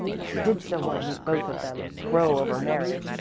but i did so want to meet both of them and crow over mary.